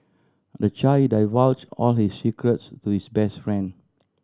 the child divulged all his secrets to his best friend